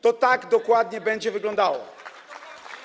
To tak dokładnie będzie wyglądało.